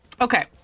Okay